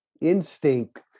instinct